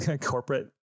corporate